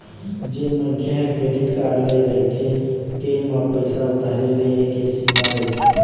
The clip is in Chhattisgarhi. जेन मनखे ह क्रेडिट कारड ले रहिथे तेन म पइसा उधारी ले के सीमा रहिथे